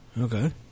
Okay